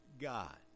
God